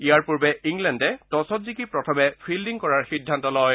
ইয়াৰ পূৰ্বে ইংলেণ্ডে টছত জিকি প্ৰথমে ফিল্ডিং কৰাৰ সিদ্ধান্ত লয়